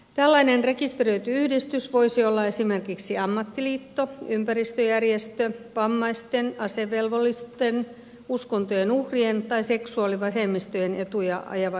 tällainen rekisteröity yhdistys voisi olla esimerkiksi ammattiliitto ympäristöjärjestö vammaisten asevelvollisten uskontojen uhrien tai seksuaalivähemmistöjen etuja ajava yhdistys